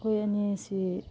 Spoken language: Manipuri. ꯃꯈꯣꯏ ꯑꯅꯤꯁꯤ